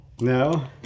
No